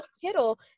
Kittle